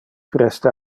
preste